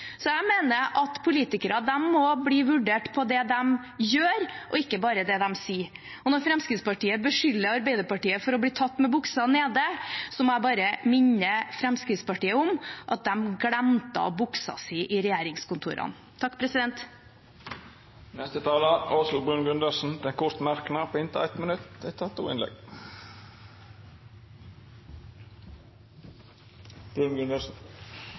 Så jeg mener at politikere må bli vurdert ut fra det de gjør, ikke bare det de sier. Og når Fremskrittspartiet beskylder Arbeiderpartiet for å bli tatt med buksa nede, må jeg bare minne Fremskrittspartiet om at de glemte buksa si i regjeringskontorene. Representanten Åshild Bruun-Gundersen har hatt ordet to gonger tidlegare og får ordet til ein kort merknad, avgrensa til 1 minutt.